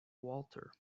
walter